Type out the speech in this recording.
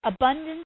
Abundance